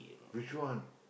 which one